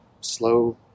slow